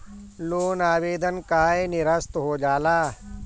Loan आवेदन काहे नीरस्त हो जाला?